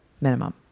minimum